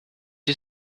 you